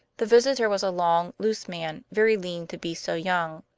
the visitor was a long, loose man, very lean to be so young,